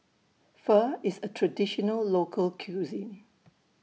Pho IS A Traditional Local Cuisine